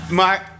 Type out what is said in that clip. maar